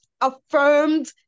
affirmed